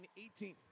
18